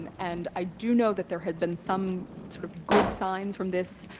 and and i do know that there have been some sort of good signs from this.